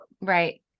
Right